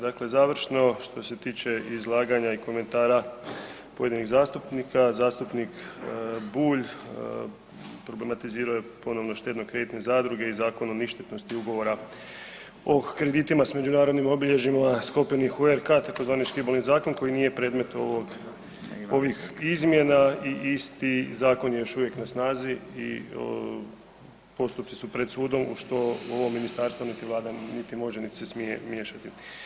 Dakle završno što ste tiče izlaganja i komentara uvaženih zastupnika, zastupnik Bulj problematizirao je ponovno štedno-kreditne zadruge iz Zakona o ništetnosti ugovora o kreditima s međunarodnim obilježjima sklopljenih u RH, tzv. Škibolin zakon koji nije predmet ovih izmjena i isti zakon je još uvijek na snazi i postupci su pred sudom što ovo ministarstvo niti Vlada niti može nit se smije miješati.